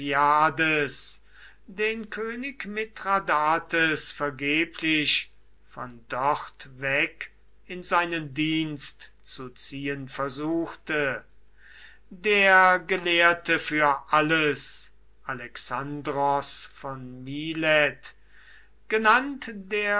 den könig mithradates vergeblich von dort weg in seinen dienst zu ziehen versuchte der gelehrte für alles alexandros von milet genannt